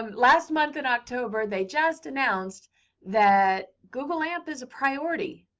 last month in october, they just announced that google amp is a priority.